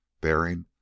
bearing